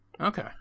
Okay